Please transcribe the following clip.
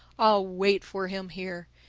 i'll wait for him here.